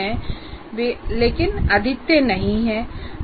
वे अद्वितीय नहीं हैं